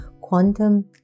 Quantum